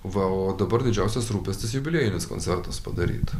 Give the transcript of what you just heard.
va o dabar didžiausias rūpestis jubiliejinis koncertas padaryt